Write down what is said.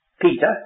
Peter